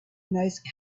most